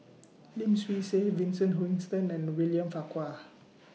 Lim Swee Say Vincent Hoisington and William Farquhar